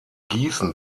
gießen